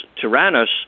Tyrannus